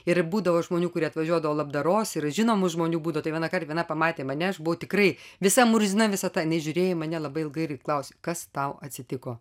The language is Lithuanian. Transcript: ir būdavo žmonių kurie atvažiuodavo labdaros ir žinomų žmonių būdavo tai vienąkart viena pamatė mane aš buvau tikrai visa murzina visa ta jinai žiūrėjo į mane labai ilgai ir klausė kas tau atsitiko